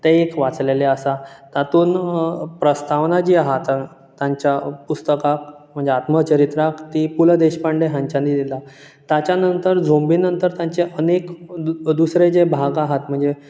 तें एक वाचलेलें आसा तातूंत प्रस्तावना जी आहा आतां तांच्या पुस्तकाक म्हणजे आत्मचरित्राक ती पु ल देशपांडे हांच्यानी दिल्या ताच्या नंतर झोंबी नंतर तांचे अनेक दुसरे जे भाग आहात म्हणजे